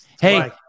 Hey